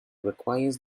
requires